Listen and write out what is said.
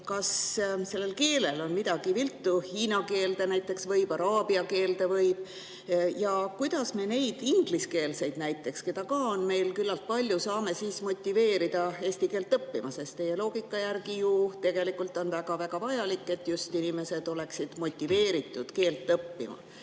Kas sellel keelel on midagi viga? Hiina keelde näiteks võib, araabia keelde võib. Ja kuidas me neid ingliskeelseid inimesi, keda meil ka on küllalt palju, saame siis motiveerida eesti keelt õppima? Teie loogika järgi ju tegelikult on väga vajalik, et inimesed oleksid motiveeritud eesti keelt õppima?